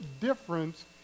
difference